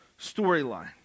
storyline